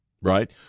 Right